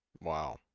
Wow